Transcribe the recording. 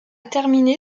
terminé